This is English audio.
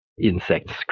Insects